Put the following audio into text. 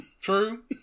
True